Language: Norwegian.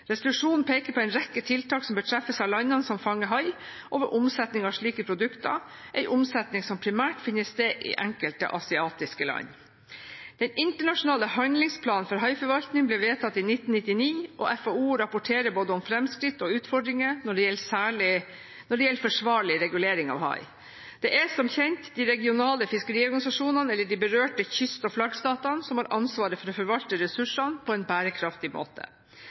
Resolusjonen peker på en rekke tiltak som bør treffes av landene som fanger hai og ved omsetning av slike produkter – en omsetning som primært finner sted i enkelte asiatiske land. Den internasjonale handlingsplanen for haiforvaltning ble vedtatt i 1999, og FAO rapporterer både om fremskritt og utfordringer når det gjelder forsvarlig regulering av hai. Det er som kjent de regionale fiskeriorganisasjonene eller de berørte kyst- og flaggstatene som har ansvaret for å forvalte ressursene på en bærekraftig måte